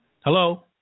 hello